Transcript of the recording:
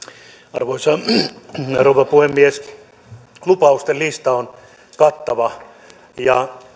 arvoisa rouva puhemies lupausten lista on kattava ja